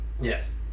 Yes